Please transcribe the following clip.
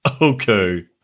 Okay